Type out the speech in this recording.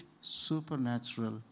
supernatural